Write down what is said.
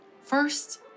First